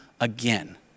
again